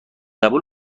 قبول